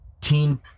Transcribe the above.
teen